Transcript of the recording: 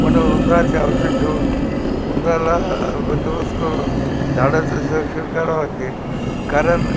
म्हणून उंदराचे औषध ठेवून उंदराला बंदोबस्त करून झाडाचं करावं लागते कारण